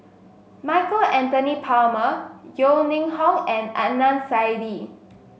Michael Anthony Palmer Yeo Ning Hong and Adnan Saidi